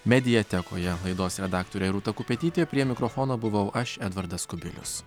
mediatekoje laidos redaktorė rūta kupetytė prie mikrofono buvau aš edvardas kubilius